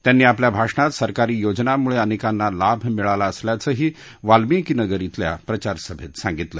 त्यांनी आपल्या भाषणात सरकारी योजनांमुळे अनेकांना लाभ मिळाला असल्याचंही वाल्मिकी नगर खिल्या प्रचारसभेत सांगितलं